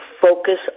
focus